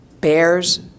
bears